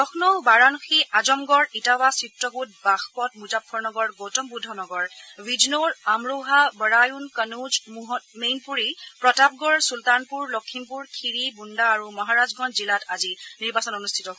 লক্ষ্ণৌ বাৰাণসী আজমগড় ইটাৱা চিত্ৰকূট বাঘপট মুজ্জাফৰনগৰ গৌতমবৃদ্ধ নগৰ বিজনৌৰ আমৰৌহা বৰায়ুন কনৌজ মেইনপুৰীত প্ৰতাপগড় চুলতানপুৰ লক্ষিমপুৰ খিড়ি বোন্দা আৰু মহাৰাজগঞ্জ জিলাত আজি নিৰ্বাচন অনুষ্ঠিত হয়